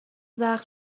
زخم